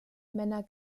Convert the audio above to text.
männer